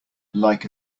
like